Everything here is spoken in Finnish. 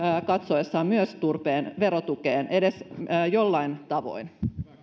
katsoessaan myös turpeen verotukeen edes jollain tavoin